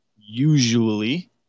usually